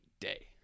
day